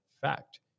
fact